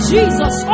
Jesus